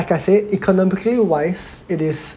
I said economically wise it is